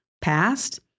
past